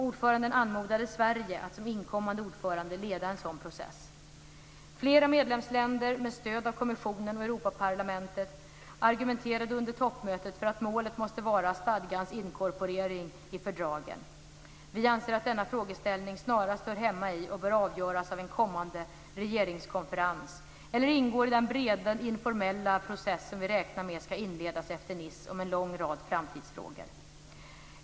Ordföranden anmodade Sverige att som inkommande ordförande leda en sådan process. Flera medlemsländer, med stöd av kommissionen och Europaparlamentet, argumenterade under toppmötet för att målet måste vara stadgans inkorporering i fördragen. Vi anser att denna frågeställning snarast hör hemma i och bör avgöras av en kommande regeringskonferens, eller ingå i den breda informella process som vi räknar med ska inledas efter Nice om en lång rad framtidsfrågor.